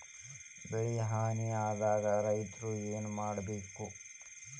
ಬೆಳಿ ಹಾನಿ ಆದಾಗ ರೈತ್ರ ಏನ್ ಮಾಡ್ಬೇಕ್?